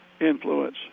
influence